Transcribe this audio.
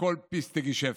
הכול פיסטה געשעפטן,